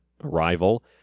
arrival